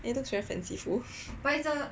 it looks very fanciful